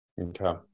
Okay